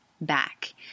back